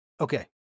Okay